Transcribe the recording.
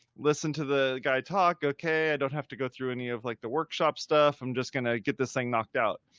listen to the guy talk. okay, i don't have to go through any of like the workshop workshop stuff. i'm just going to get this thing knocked out,